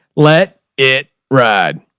let it ride.